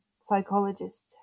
psychologist